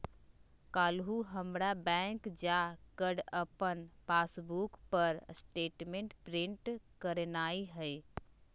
काल्हू हमरा बैंक जा कऽ अप्पन पासबुक पर स्टेटमेंट प्रिंट करेनाइ हइ